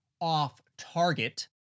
off-target